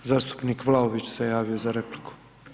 Zastupnik Vlaović se javio za repliku.